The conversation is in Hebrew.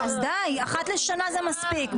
אחת לשנה זה מספיק.